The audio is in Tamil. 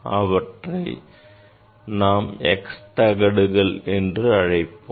அவற்றை நாம் x தகடுகள் என்று அழைப்போம்